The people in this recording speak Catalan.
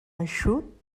eixut